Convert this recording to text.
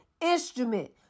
instrument